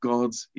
God's